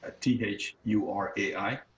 T-H-U-R-A-I